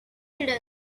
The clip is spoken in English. hidden